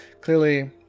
clearly